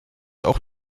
auch